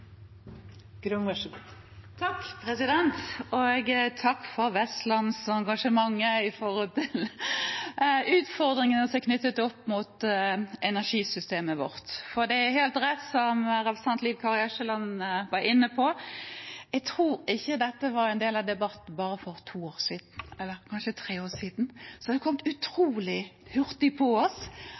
knyttet opp mot energisystemet vårt. Det er helt rett som representanten Liv Kari Eskeland var inne på – jeg tror ikke dette var en del av debatten bare for to år siden, eller kanskje tre år siden. Det har kommet utrolig hurtig på oss,